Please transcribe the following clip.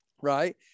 Right